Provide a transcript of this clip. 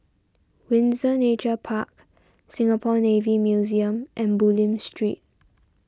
Windsor Nature Park Singapore Navy Museum and Bulim Street